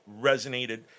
resonated